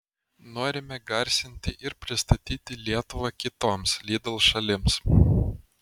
norime garsinti ir pristatyti lietuvą kitoms lidl šalims